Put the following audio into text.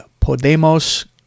Podemos